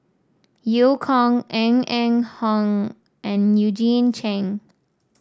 Eu Kong Ng Eng Hen and Eugene Chen